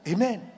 Amen